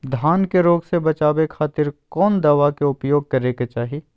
धान के रोग से बचावे खातिर कौन दवा के उपयोग करें कि चाहे?